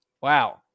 Wow